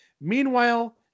Meanwhile